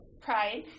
Pride